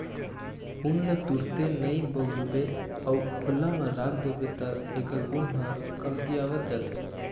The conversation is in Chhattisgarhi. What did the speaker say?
ऊन ल तुरते नइ बउरबे अउ खुल्ला म राख देबे त एखर गुन ह कमतियावत जाथे